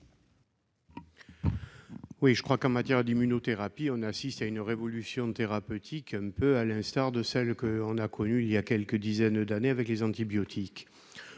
sur l'article. Avec l'immunothérapie, on assiste à une révolution thérapeutique, un peu à l'instar de celle que l'on a connue il y a quelques dizaines d'années avec les antibiotiques.